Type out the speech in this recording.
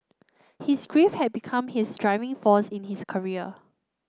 his grief had become his driving force in his career